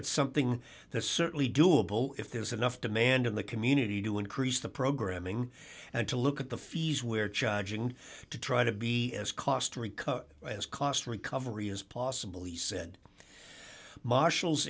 it's something that's certainly doable if there's enough demand in the community to increase the programming and to look at the fees we're charging to try to be as cost to recover as cost recovery as possible he said marshal